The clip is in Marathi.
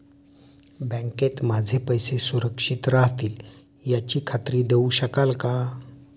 बँकेत माझे पैसे सुरक्षित राहतील याची खात्री देऊ शकाल का?